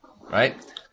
Right